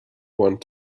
want